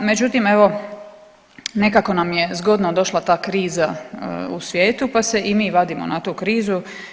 Međutim, evo nekako nam je zgodno došla ta kriza u svijetu pa se i mi vadimo na tu krizu.